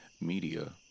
media